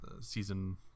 season